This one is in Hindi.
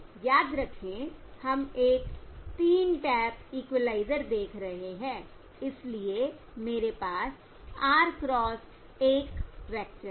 याद रखें हम एक 3 टैप इक्विलाइजर देख रहे हैं इसलिए मेरे पास R क्रॉस 1 वेक्टर है